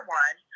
one